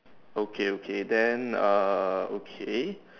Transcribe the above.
okay okay then err okay